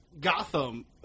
Gotham